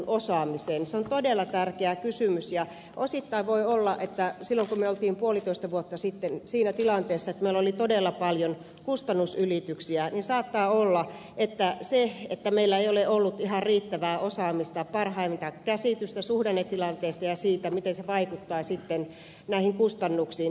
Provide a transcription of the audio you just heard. se on todella tärkeä kysymys ja osittain voi olla niin että kun me olimme puolitoista vuotta sitten siinä tilanteessa että meillä oli todella paljon kustannusylityksiä niin saattaa olla että meillä ei ole ollut ihan riittävää osaamista parhainta käsitystä suhdannetilanteesta ja siitä miten se vaikuttaa sitten näihin kustannuksiin